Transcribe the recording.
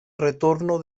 retorno